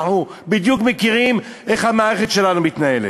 אנחנו בדיוק מכירים איך המערכת שלנו מתנהלת.